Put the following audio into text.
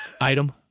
item